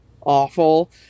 awful